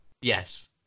Yes